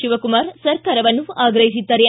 ಶಿವಕುಮಾರ್ ಸರ್ಕಾರವನ್ನು ಆಗ್ರಹಿಸಿದ್ದಾರೆ